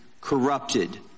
corrupted